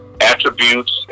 attributes